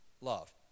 love